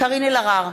קארין אלהרר,